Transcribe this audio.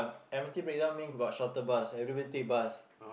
M_R_T breakdown means about shorter bus everybody take bus